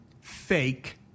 fake